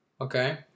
okay